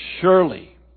Surely